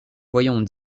voyons